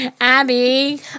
Abby